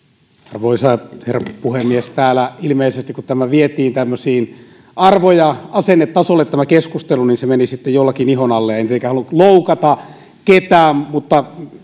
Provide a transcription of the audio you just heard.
arvoisa herra puhemies täällä ilmeisesti kun tämä keskustelu vietiin tämmöiselle arvo ja asennetasolle se meni sitten jollakin ihon alle en tietenkään halua loukata ketään mutta